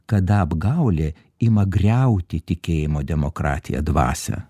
kada apgaulė ima griauti tikėjimo demokratiją dvasią